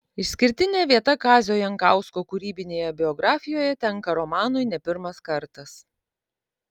išskirtinė vieta kazio jankausko kūrybinėje biografijoje tenka romanui ne pirmas kartas